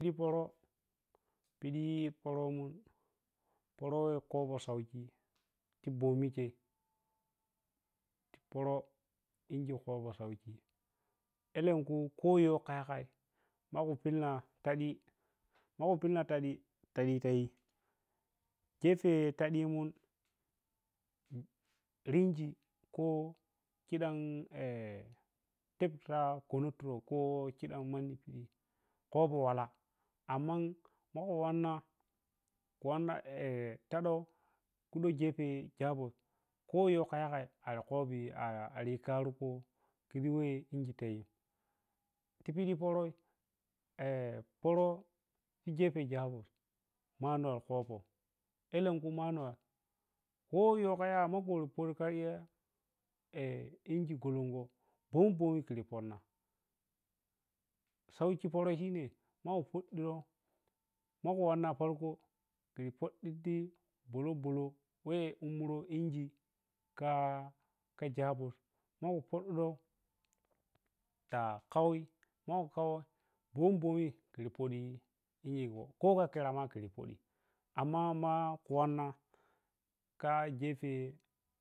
Pidi poro pidi poronma poroweh kobo sauki ti bomi chei poro injin kopo sauki elenku koyowka yagai magu pilla na tadi tadi amgu pilladai tayi ko chidam manni tadi kato wala amman maku wanna, wannan eh tadau kudo gefe shago ko yowka yagau ar kobi arvi kariko kiji welayi, tipidi poroi poro ti gete shago manualkopou ekenku manual ko yow kayagai maku tod sadi eh ionji golongo bom-bomi kur ponna sauki porai shine maku wanna farko kur foddo bolo-bolo weh ummuro inji ka ka jabo makufoddirow ta kawi, maku mawwo bom-bomiti fodi digego ko makirama kirfodi amma maku wanna ka gefe.